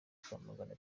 kwamagana